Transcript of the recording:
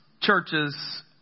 churches